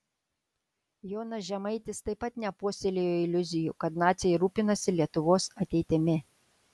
jonas žemaitis taip pat nepuoselėjo iliuzijų kad naciai rūpinasi lietuvos ateitimi